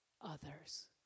others